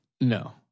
No